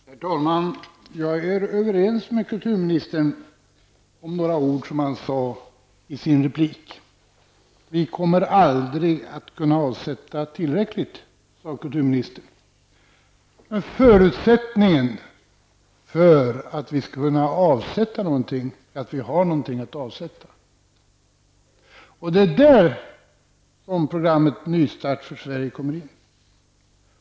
Herr talman! Jag är överens med kulturministern om några ord som han sade i sin replik. Vi kommer aldrig att kunna avsätta tillräckligt, sade kulturministern. Men förutsättningen för att vi skall kunna avsätta någonting är att vi har någonting att avsätta. Det är där som programmet Nystart för Sverige kommer in.